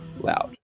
loud